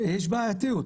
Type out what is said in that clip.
יש בעייתיות.